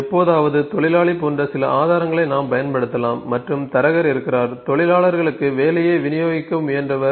எப்போதாவது தொழிலாளி போன்ற சில ஆதாரங்களை நாம் பயன்படுத்தலாம் மற்றும் தரகர் இருக்கிறார் தொழிலாளர்களுக்கு வேலையை விநியோகிக்க முயன்றவர்